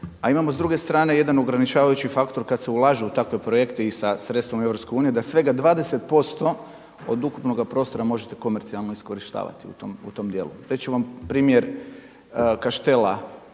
A imamo s druge strane jedan ograničavajući faktor kada se ulaže u takve projekte i sa sredstvima EU da svega 20% od ukupnoga prostora možete komercijalno iskorištavati u tom dijelu. Reći ću vam primjer Kaštela